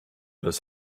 das